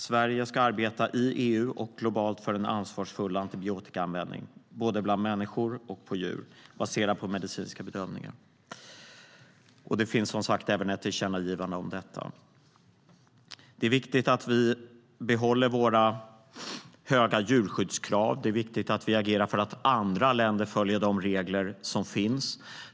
Sverige ska arbeta i EU och globalt för en ansvarsfull antibiotikaanvändning, både när det gäller människor och när det gäller djur, baserad på medicinska bedömningar. Det finns som sagt även ett tillkännagivande om detta. Det är viktigt att vi behåller våra höga djurskyddskrav, och det är viktigt att vi agerar för att andra länder följer de regler som finns.